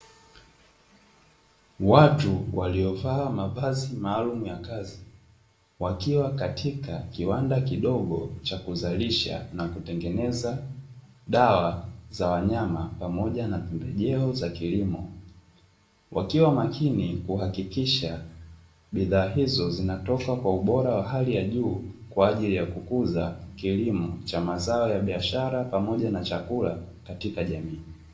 Watu waliovaa mavazi maalumu ya kazi, wakiwa katika kiwanda kidogo cha kuzalisha na kutengeneza dawa za wanyama pamoja na pembejeo za kilimo, wakiwa makini kuhakikisha bidhaa hizo zinatoka kwa ubora wa hali ya juu, kwa ajili ya kukuza kilimo cha mazao ya biashara pamoja na chakula katika jamii.